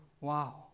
Wow